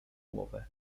głowę